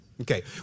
Okay